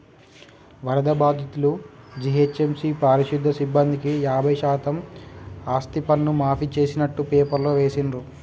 వరద బాధితులు, జీహెచ్ఎంసీ పారిశుధ్య సిబ్బందికి యాభై శాతం ఆస్తిపన్ను మాఫీ చేస్తున్నట్టు పేపర్లో వేసిండ్రు